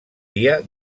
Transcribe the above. dia